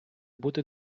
бути